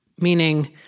meaning